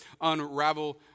unravel